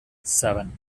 seven